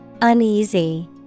Uneasy